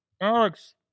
Alex